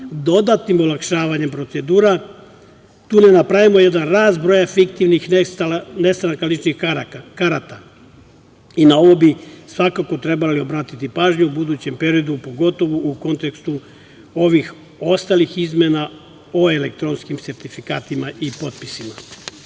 dodatnim olakšavanjem procedura tu ne napravimo jedan rast broja fiktivnih nestanaka ličnih karata. Na ovo bi svakako trebalo obratiti pažnju u budućem periodu, pogotovo u kontekstu ovih ostalih izmena o elektronskim sertifikatima i potpisima. Takođe